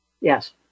Yes